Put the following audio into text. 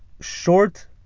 short